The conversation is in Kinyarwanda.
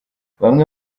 bamwe